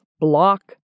Block